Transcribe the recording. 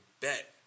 bet